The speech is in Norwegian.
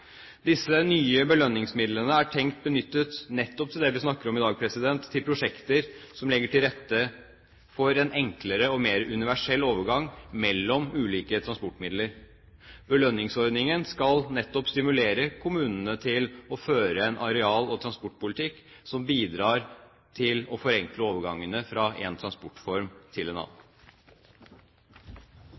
Disse nye belønningsmidlene er tenkt benyttet nettopp til det vi snakker om i dag, til prosjekter som legger til rette for en enklere og mer universell overgang mellom ulike transportmidler. Belønningsordningen skal nettopp stimulere kommunene til å føre en areal- og transportpolitikk som bidrar til å forenkle overgangene fra én transportform til en annen.